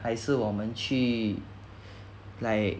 还是我们去 like